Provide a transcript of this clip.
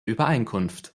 übereinkunft